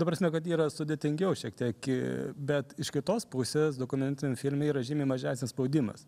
ta prasme kad yra sudėtingiau šiek tiek bet iš kitos pusės dokumentiniam filme yra žymiai mažesnis spaudimas